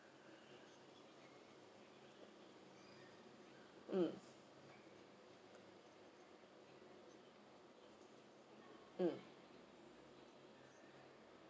mm mm